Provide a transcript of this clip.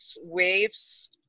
waves